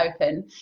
open